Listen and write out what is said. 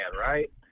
right